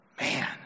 man